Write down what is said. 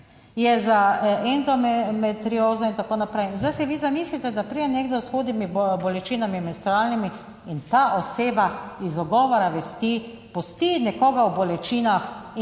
je za endometriozo in tako naprej. In zdaj si vi zamislite, da pride nekdo s hudimi bolečinami, menstrualnimi in ta oseba iz ugovora vesti pusti nekoga v bolečinah in